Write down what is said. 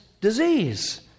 disease